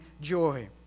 joy